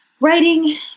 writing